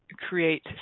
create